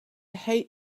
hate